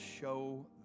show